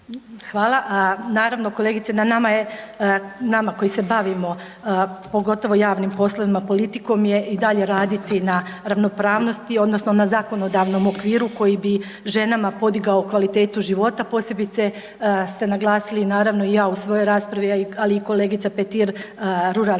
Hvala. Naravno kolegice, na nama je nama koji se bavimo pogotovo javnim poslovima politikom je i dalje raditi na ravnopravnosti odnosno na zakonodavnom okviru koji bi ženama podigao kvalitetu života, posebice ste naglasili naravno i ja u svojoj raspravi, ali i kolegica Petir ruralnih